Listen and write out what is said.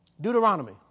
Deuteronomy